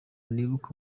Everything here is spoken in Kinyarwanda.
nibuka